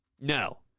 No